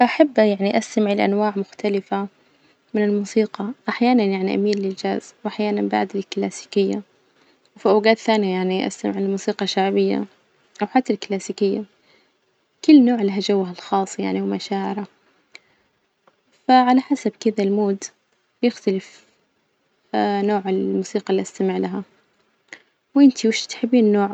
أحب يعني أستمع لأنواع مختلفة من الموسيقى، أحيانا يعني أميل للجاز وأحيانا بعد الكلاسيكية، وفي أوجات ثانية يعني أستمع لموسيقى شعبية أو حتى الكلاسيكية، كل نوع لها جوها الخاص يعني ومشاعره، فعلى كذا المود يختلف نوع الموسيقى اللي أستمع لها، وإنتي وش تحبين نوع?